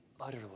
utterly